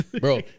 Bro